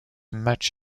much